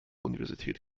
universität